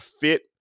Fit